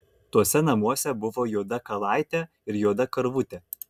tuose namuose buvo juoda kalaitė ir juoda karvutė